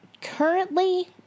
Currently